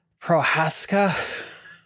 Prohaska